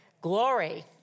glory